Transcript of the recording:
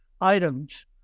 items